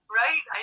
right